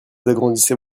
agrandissez